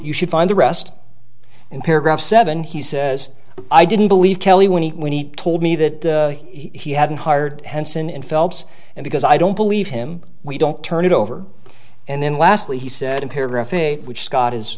you should find the rest in paragraph seven he says i didn't believe kelly when he when he told me that he hadn't hired henson in phelps and because i don't believe him we don't turn it over and then lastly he said in paragraph eight which scott